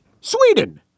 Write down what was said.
Sweden